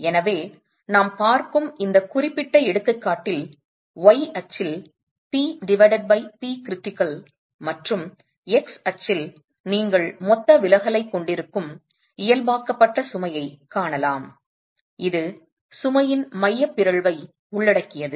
எனவே நாம் பார்க்கும் இந்த குறிப்பிட்ட எடுத்துக்காட்டில் y அச்சில் PPcritical மற்றும் x அச்சில் நீங்கள் மொத்த விலகலைக் கொண்டிருக்கும் இயல்பாக்கப்பட்ட சுமையைக் காணலாம் இது சுமையின் மைய பிறழ்வை உள்ளடக்கியது